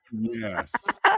Yes